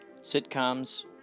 Sitcoms